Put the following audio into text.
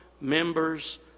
members